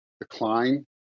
decline